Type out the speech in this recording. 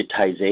digitization